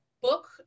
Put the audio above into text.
Book